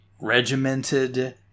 regimented